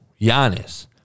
Giannis